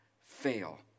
fail